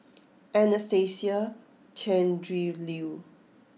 Anastasia Tjendri Liew